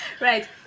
right